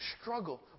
struggle